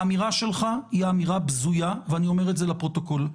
האמירה שלך היא אמירה בזויה ואני אומר את זה לפרוטוקול,